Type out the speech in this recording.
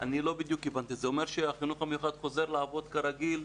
זה אומר שהחינוך המיוחד חוזר לעבוד כרגיל?